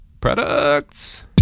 products